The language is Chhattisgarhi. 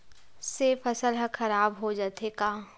से फसल ह खराब हो जाथे का?